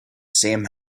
same